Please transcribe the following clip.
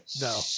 No